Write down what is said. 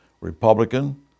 Republican